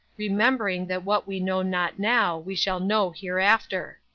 remembering that what we know not now we shall know hereafter.